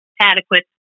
adequate